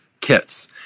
kits